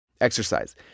Exercise